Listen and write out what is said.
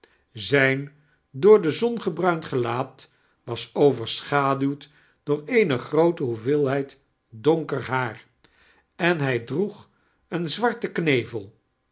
zijn door de zon geibruind gelaat was overschaduwd door eein gmoote hoevee'lhedd donker haar en hij diioeg een zwartem knevel